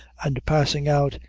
and, passing out,